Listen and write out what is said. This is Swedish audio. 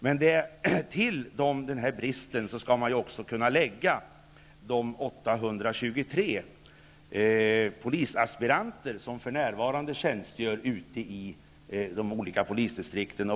Men man måste tillägga att 823 polisaspiranter för närvarande tjänstgör i de olika polisdistrikten.